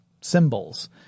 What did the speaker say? symbols